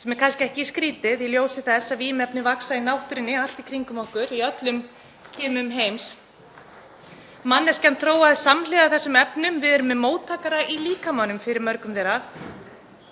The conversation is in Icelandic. sem er kannski ekki skrýtið í ljósi þess að vímuefni vaxa í náttúrunni allt í kringum okkur í öllum kimum heims. Manneskjan þróaðist samhliða þessum efnum. Við erum með móttakara í líkamanum fyrir mörgum þeirra